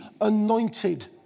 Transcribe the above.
anointed